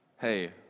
hey